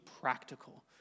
practical